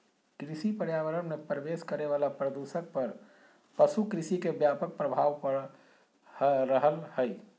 कृषि पर्यावरण मे प्रवेश करे वला प्रदूषक पर पशु कृषि के व्यापक प्रभाव पड़ रहल हई